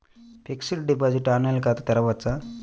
Fixed deposit online ఖాతా తెరువవచ్చా?